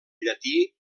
llatí